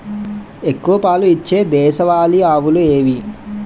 ఎక్కువ పాలు ఇచ్చే దేశవాళీ ఆవులు ఏవి?